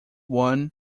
won